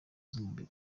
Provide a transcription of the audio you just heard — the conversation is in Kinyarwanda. z’umubiri